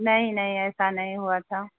نہیں نہیں ایسا نہیں ہوا تھا